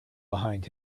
behind